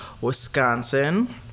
Wisconsin